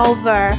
Over